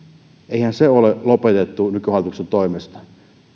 eihän sitä virkaa ole lopetettu nykyhallituksen toimesta